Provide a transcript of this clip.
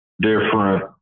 different